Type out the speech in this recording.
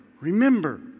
remember